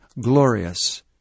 glorious